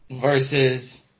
Versus